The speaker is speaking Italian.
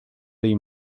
dei